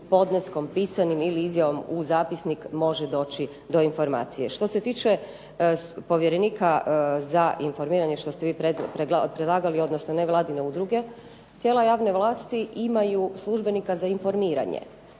podneskom pisanim ili izjavom u zapisnik može doći do informacije. Što se tiče povjerenika za informiranje što ste vi predlagali odnosno nevladine udruge, tijela javne vlasti imaju službenika za informiranje